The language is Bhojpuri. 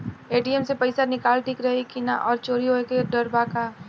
ए.टी.एम से पईसा निकालल ठीक रही की ना और चोरी होये के डर बा का?